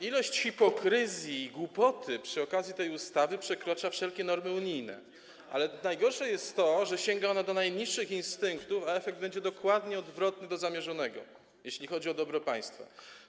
Ilość hipokryzji i głupoty przy okazji tej ustawy przekracza wszelkie normy unijne, ale najgorsze jest to, że sięga ona do najniższych instynktów, a efekt będzie dokładnie odwrotny do zamierzonego, jeśli chodzi o dobro państwa.